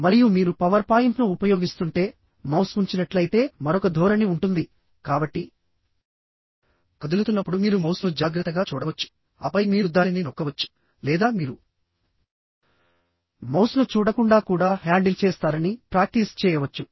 మరియు మీరు పవర్ పాయింట్ను ఉపయోగిస్తుంటే మౌస్ ఉంచినట్లయితే మరొక ధోరణి ఉంటుంది కాబట్టి కదులుతున్నప్పుడు మీరు మౌస్ను జాగ్రత్తగా చూడవచ్చు ఆపై మీరు దానిని నొక్కవచ్చు లేదా మీరు మౌస్ను చూడకుండా కూడా హ్యాండిల్ చేస్తారని ప్రాక్టీస్ చేయవచ్చు